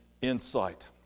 insight